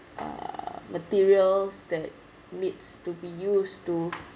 uh materials that needs to be used to